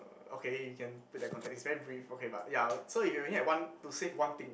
okay you can put that context it's very brief okay but ya so you only have one to save one thing